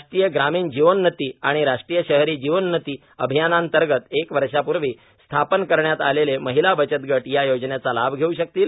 राष्ट्रीय ग्रामीण जिवोन्नती आणि राष्ट्रीय शहरी जिवोन्नती अभियानांतर्गत एका वर्षापूर्वी स्थापन करण्यात आलेले महिला बचत गट या योजनेचा लाभ घेऊ शकतील